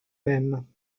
même